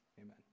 amen